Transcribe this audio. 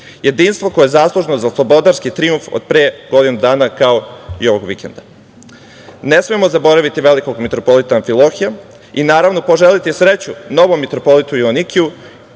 jedinstvo koje je zaslužno za slobodarski trijumf od pre godinu dana kao i ovog vikenda. Ne smemo zaboraviti velikog mitropolita Amfilohija i poželeti sreću novom mitropolitu Joanikiju